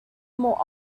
more